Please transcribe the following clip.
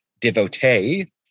devotee